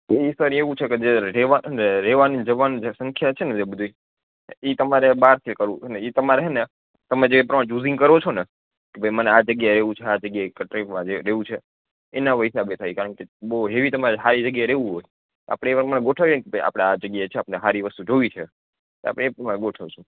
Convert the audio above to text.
ઈ sir એવું છે કે જે રેવા રેવા ને જમવાની સંખ્યા છે ને બધુ એ ઈ તમારે બારથી કરવું ઈ તમારે હે ને તમે જે પ્રમાણે ચુજિંગ કરો છો ને કે ભઈ મને આ જગ્યા એવું છે આ જગ્યા એ ક્ટરેમાં રેવું છે એના હિસાબે થાય કારણ કે બોઉ હેવી હારી જગ્યાએ રેવું હોય આપડે એ પ્રમાણે ગોઠવીએ કે ભાઈ આપડે જગ્યા છે આપને હારી વસ્તુ જોવી છે આપે એ પ્રમાણે ગોઠવસું